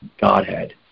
Godhead